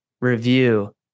review